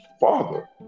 Father